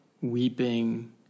weeping